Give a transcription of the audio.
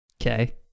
Okay